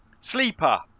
Sleeper